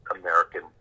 American